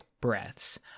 breaths